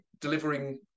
delivering